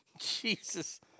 Jesus